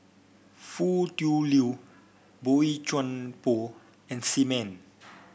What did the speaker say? Foo Tui Liew Boey Chuan Poh and Sim Man